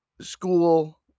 school